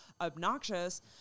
obnoxious